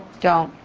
don't,